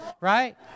right